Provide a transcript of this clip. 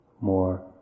more